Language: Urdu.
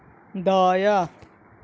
دایاں